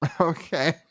Okay